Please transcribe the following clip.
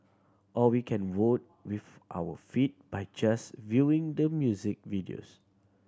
or we can vote with our feet by just viewing the music videos